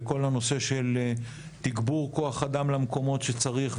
לכל הנושא של תגבור כוח אדם למקומות שצריך,